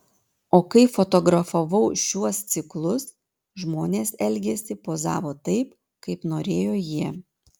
o kai fotografavau šiuos ciklus žmonės elgėsi pozavo taip kaip norėjo jie